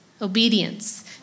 Obedience